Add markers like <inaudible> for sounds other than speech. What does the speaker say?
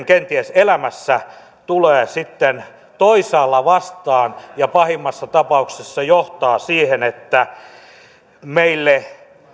<unintelligible> kenties elämässä tulee sitten toisaalla vastaan ja pahimmassa tapauksessa johtaa siihen että meille